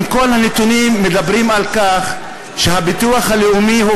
אם כל הנתונים מדברים על כך שהביטוח הלאומי הוא